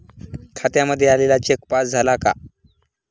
खात्यामध्ये आलेला cheque pass झाला का?